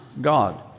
God